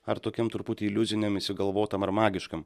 ar tokiam truputį iliuziniam išsigalvotam ar magiškam